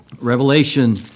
Revelation